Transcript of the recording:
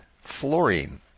fluorine